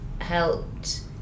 helped